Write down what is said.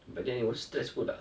but then it was stressful lah